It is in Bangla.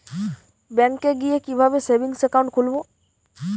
ব্যাঙ্কে গিয়ে কিভাবে সেভিংস একাউন্ট খুলব?